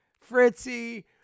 Fritzy